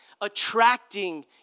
attracting